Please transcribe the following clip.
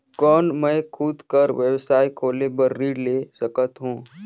कौन मैं खुद कर व्यवसाय खोले बर ऋण ले सकत हो?